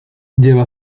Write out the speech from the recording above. lleva